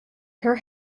her